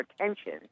attention